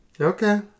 Okay